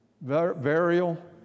burial